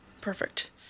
Perfect